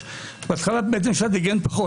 בהתחלה בית המשפט הגן פחות.